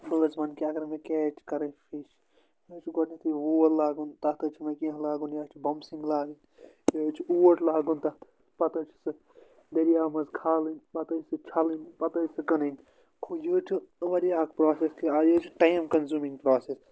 بہٕ حظ وَنہٕ کہ اگر مےٚ کیچ کَرٕنۍ فِش یہِ حظ چھُ گۄڈنیٚتھے وول لاگُن تَتھ حظ چھِ مےٚ کینٛہہ لاگُن یہِ حظ چھِ بَمسِنٛگ لاگٕنۍ یہِ حظ چھِ اوٹ لاگُن تَتھ پتہٕ حظ چھِ سُہ دٔریاو منٛز کھالٕنۍ پَتہٕ حظ چھِ سُہ چھَلٕنۍ پَتہٕ حظ چھِ سُی کٕنٕنۍ یہِ حظ چھِ واریاہ اَکھ پرٛاسیٚس کہ یہِ حظ چھِ ٹایم کَنزوٗمِنٛگ پرٛاسیٚس